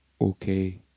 okay